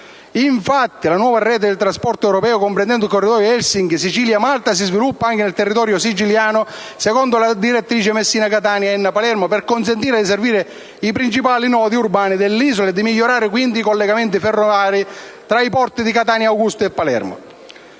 infatti, la nuova rete di trasporto europeo, comprendendo il corridoio Helsinki-Sicilia-Malta, si sviluppa anche nel territorio siciliano secondo la direttrice Messina-Catania-Enna-Palermo per consentire di servire i principali nodi urbani dell'isola e di migliorare i collegamenti ferroviari con i porti di Catania, Augusta e Palermo;